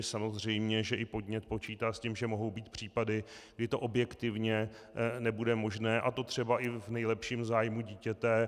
Samozřejmě že i podnět počítá s tím, že mohou být případy, kdy to objektivně nebude možné, a to třeba i v nejlepším zájmu dítěte.